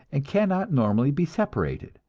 and cannot normally be separated,